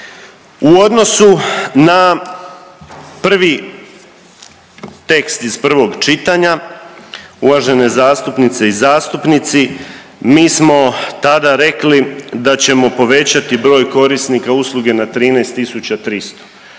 U odnosu na prvi, tekst iz prvog čitanja uvažene zastupnice i zastupnici mi smo tada rekli da ćemo povećati broj korisnika usluge na 13300.